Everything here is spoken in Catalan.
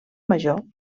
major